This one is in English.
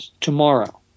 tomorrow